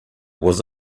was